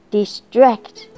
Distract